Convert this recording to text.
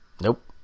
Nope